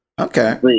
Okay